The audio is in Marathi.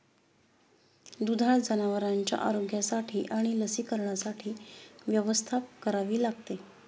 दुधाळ जनावरांच्या आरोग्यासाठी आणि लसीकरणासाठी व्यवस्था करावी लागते